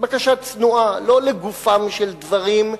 בקשה צנועה, לא לגופם של דברים,